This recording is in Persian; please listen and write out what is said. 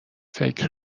فکر